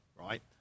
right